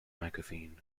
magazine